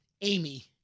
Amy